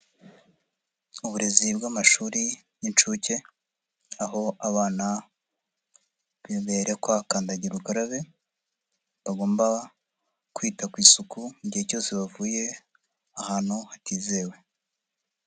Uburezi bw'amashuri Y'inshuke aho abana berekwa kandagira ukarabe, bagomba kwita ku isuku igihe cyose bavuye ahantu hatizewe.